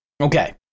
Okay